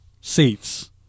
seats